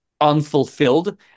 unfulfilled